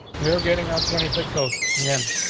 we're getting out twenty pixels again.